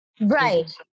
Right